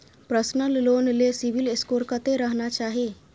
Personal loan ले CIBIL score कत्ते रहना चाही?